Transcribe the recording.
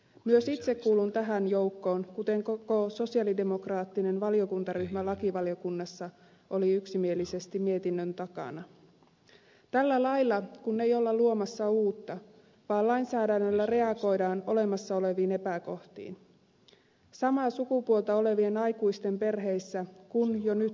myös itse kuulun tähän joukkoon kuten koko sosialidemokraattinen valiokuntaryhmä joka lakivaliokunnassa oli yksimielisesti mietinnön takana tällä lailla kun ei olla luomassa uutta vaan lainsäädännöllä reagoidaan olemassa oleviin epäkohtiin kun samaa sukupuolta olevien aikuisten perheissä jo nyt elää lapsia